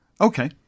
okay